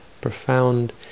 profound